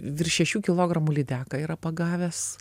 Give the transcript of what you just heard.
virš šešių kilogramų lydeką yra pagavęs